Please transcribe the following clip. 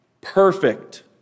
perfect